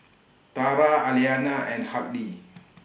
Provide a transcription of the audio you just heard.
Tara Aliana and Hartley